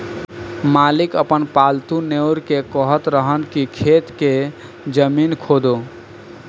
मालिक आपन पालतु नेओर के कहत रहन की खेत के जमीन खोदो